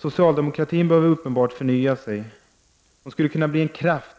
Socialdemokratin behöver uppenbart förnya sig. Den skulle ha kunnat bli en kraft